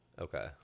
Okay